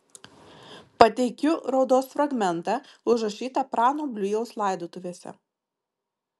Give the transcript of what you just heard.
pateikiu raudos fragmentą užrašytą prano bliujaus laidotuvėse